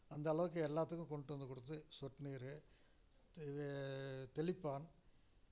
அந்த அளவுக்கு எல்லாத்துக்கும் கொண்டு வந்து கொடுத்து சொட்டு நீர் இது தெளிப்பான்